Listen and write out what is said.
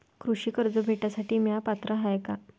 कृषी कर्ज भेटासाठी म्या पात्र हाय का?